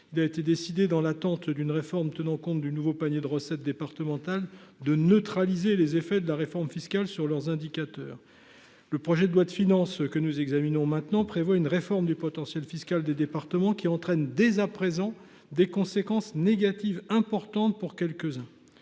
donc été décidé, dans l’attente d’une réforme tenant compte du nouveau panier de recettes départementales, de neutraliser les effets de la réforme fiscale sur leurs indicateurs. Le projet de loi de finances pour 2024 prévoit une réforme du potentiel fiscal des départements qui entraîne dès à présent des conséquences négatives importantes pour quelques uns